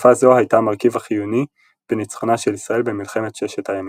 מתקפה זו הייתה המרכיב החיוני בניצחונה של ישראל במלחמת ששת הימים.